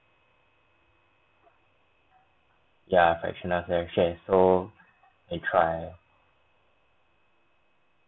ya fractional share so I try ah